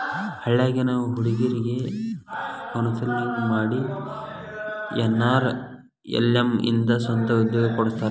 ಹಳ್ಳ್ಯಾಗಿನ್ ಹುಡುಗ್ರಿಗೆ ಕೋನ್ಸೆಲ್ಲಿಂಗ್ ಮಾಡಿ ಎನ್.ಆರ್.ಎಲ್.ಎಂ ಇಂದ ಸ್ವಂತ ಉದ್ಯೋಗ ಕೊಡಸ್ತಾರ